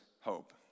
hope